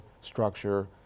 structure